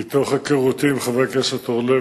מתוך היכרותי עם חבר הכנסת אורלב,